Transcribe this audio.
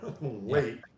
Wait